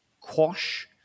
quash